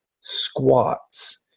squats